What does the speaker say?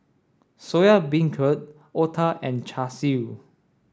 Soya Beancurd Otah and Char Siu